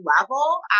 level